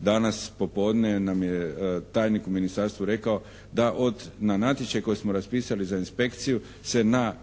danas popodne nam je tajnik u ministarstvu rekao da od, na natječaj koji smo raspisali za inspekciju se na